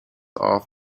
off